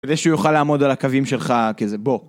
כדי שהוא יוכל לעמוד על הקווים שלך כזה, בוא.